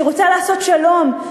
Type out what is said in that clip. שרוצה לעשות שלום,